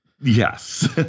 Yes